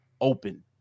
open